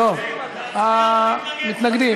טוב, מתנגדים.